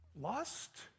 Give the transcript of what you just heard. lust